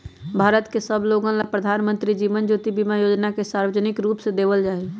भारत के सब लोगन ला प्रधानमंत्री जीवन ज्योति बीमा योजना के सार्वजनिक रूप से देवल जाहई